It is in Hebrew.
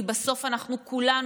כי בסוף כולנו,